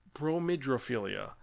Bromidrophilia